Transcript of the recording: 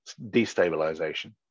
destabilization